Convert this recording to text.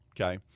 okay